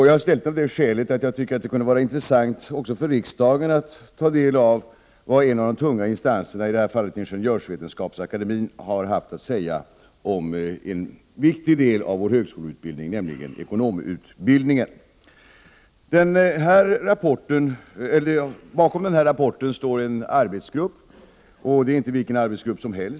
Jag har ställt den av det skälet att det kunde vara intressant också för riksdagen att ta del av vad en av de tunga instanserna, i detta fall Ingenjörsvetenskapsakademien, har haft att säga om en viktig del Bakom denna rapport står en arbetsgrupp, och det är inte vilken arbetsgrupp som helst.